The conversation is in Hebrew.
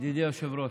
ידידי היושב-ראש,